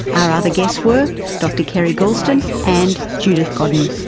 our other guests were dr kerry goulston and judith godden.